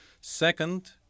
Second